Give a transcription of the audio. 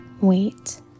wait